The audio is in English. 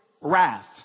wrath